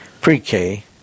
pre-K